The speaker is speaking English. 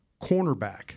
cornerback